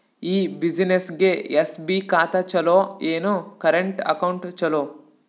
ಈ ಬ್ಯುಸಿನೆಸ್ಗೆ ಎಸ್.ಬಿ ಖಾತ ಚಲೋ ಏನು, ಕರೆಂಟ್ ಅಕೌಂಟ್ ಚಲೋ?